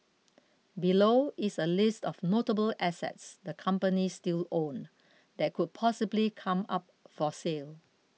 below is a list of notable assets the companies still own that could possibly come up for sale